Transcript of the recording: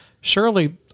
surely